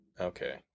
Okay